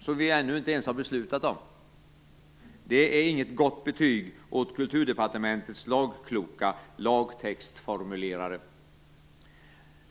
som vi ännu inte ens har beslutat om! Det är inget gott betyg åt Kulturdepartementets lagkloka lagtextformulerare.